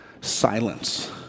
silence